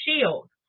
shield